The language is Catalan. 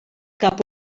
cap